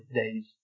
days